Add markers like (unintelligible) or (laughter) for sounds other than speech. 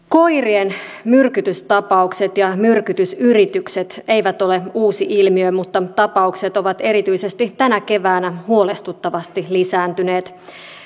(unintelligible) koirien myrkytystapaukset ja myrkytysyritykset eivät ole uusi ilmiö mutta tapaukset ovat erityisesti tänä keväänä huolestuttavasti lisääntyneet